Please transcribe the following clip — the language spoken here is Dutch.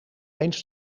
eens